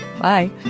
Bye